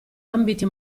ambiti